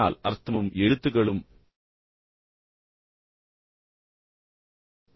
ஆனால் அர்த்தமும் எழுத்துகளும் வேறுபட்டவை